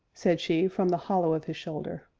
said she, from the hollow of his shoulder,